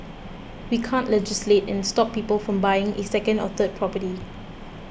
we can't legislate and stop people from buying a second or third property